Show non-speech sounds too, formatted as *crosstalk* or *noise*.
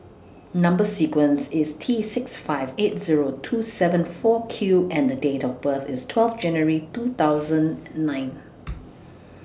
Number sequence IS T six five eight Zero two seven four Q and Date of birth IS twelve January two thousand nine *noise*